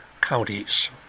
counties